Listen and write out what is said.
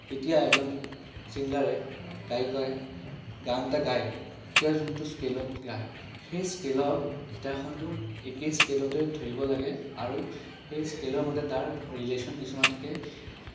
যেতিয়া এজন ছিংগাৰে গায়কে গান এটা গায় তেওঁ যোনটো স্কেলত গায় সেই স্কেলত গীটাৰখনতো একেই স্কেলতেই ধৰিব লাগে আৰু সেই স্কেলৰ মতে তাৰ ৰিলেশ্যন কিছুমান থাকে